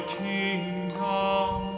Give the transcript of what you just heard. kingdom